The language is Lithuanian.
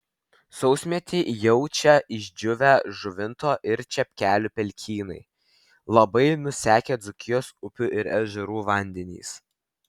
sausmetį jaučia išdžiūvę žuvinto ir čepkelių pelkynai labai nusekę dzūkijos upių ir ežerų vandenys